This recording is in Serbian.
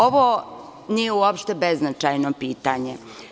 Ovo nije uopšte beznačajno pitanje.